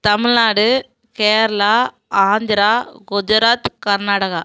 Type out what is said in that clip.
Tamil Nadu Kerala Andhra Gujarat Karnataka